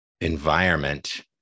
environment